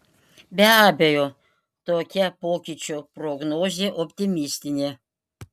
be abejo tokia pokyčių prognozė optimistinė